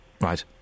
Right